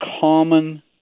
common